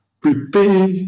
prepare